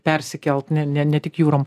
persikelt ne ne ne tik jūron